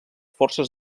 forces